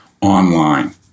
online